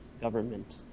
Government